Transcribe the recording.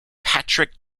patrick